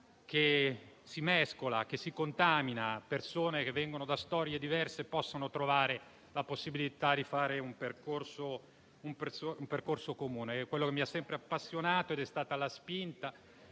che si mescola e che si contamina, con persone che vengono da storie diverse e trovano la possibilità di fare un percorso comune. È quello che mi ha sempre appassionato ed è stata la spinta